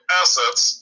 assets